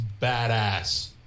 badass